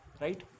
right